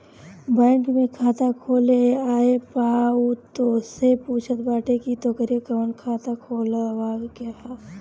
bank में खाता खोले आए पअ उ तोहसे पूछत बाटे की तोहके कवन खाता खोलवावे के हवे